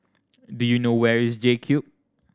do you know where is JCube